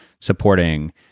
supporting